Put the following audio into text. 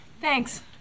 Thanks